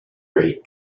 rate